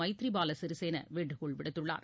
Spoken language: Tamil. மைத்ரிபால சிறிசேன வேண்டுகோள் விடுத்துள்ளார்